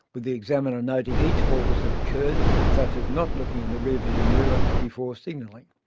with the examiner noting each fault as it occurred, such as not looking in the rear vision mirror before signalling.